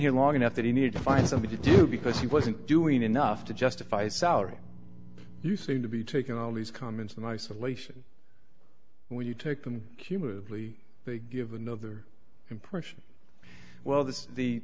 here long enough that he needed to find something to do because he wasn't doing enough to justify salary you seem to be taking all these comments in isolation when you take them cumulatively they give another impression well th